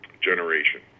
generation